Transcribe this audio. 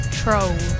troll